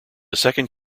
second